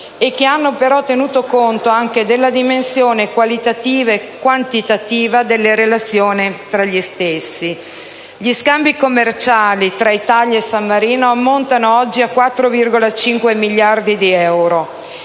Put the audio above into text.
e che hanno tenuto conto della dimensione qualitativa e quantitativa delle relazioni tra gli stessi. Gli scambi commerciali tra Italia e San Marino ammontano oggi a 4,5 miliardi di euro